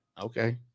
Okay